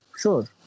sure